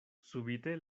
subite